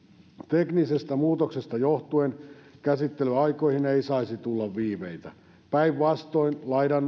teknisestä muutoksesta johtuen käsittelyaikoihin ei saisi tulla viiveitä päinvastoin